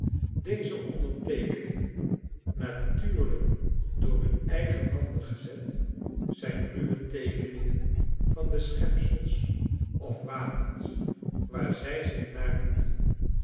deze onderteekeningen natuurlijk door hun eigen handen gezet zyn ruwe teekeningen van de schepsels of wapens waar zij zich naar noemden